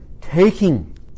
taking